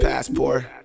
Passport